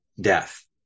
Death